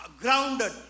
grounded